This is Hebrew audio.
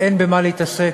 אין במה להתעסק?